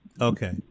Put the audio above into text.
Okay